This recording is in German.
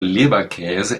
leberkäse